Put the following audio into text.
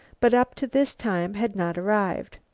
but up to this time had not arrived.